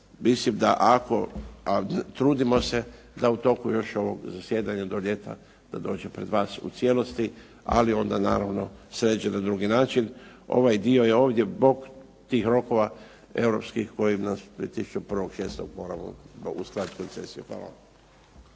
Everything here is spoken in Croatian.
mislim da ako a trudimo se da u toku još ovog zasjedanja do ljeta da dođe pred vas u cijelosti ali onda naravno sređen na drugi način. Ovaj dio ovdje je zbog tih rokova europskih koji nas pritišću do 1.6. moramo uskladiti koncesiju. Hvala.